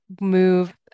move